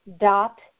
dot